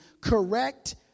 correct